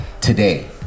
today